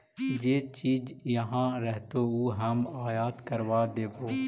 जे चीज इहाँ रहतो ऊ हम आयात करबा देबो